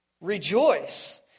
Rejoice